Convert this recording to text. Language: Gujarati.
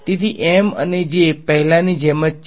તેથી M અને J પહેલાની જેમ જ છે